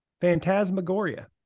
Phantasmagoria